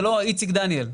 זה לא איציק דניאל,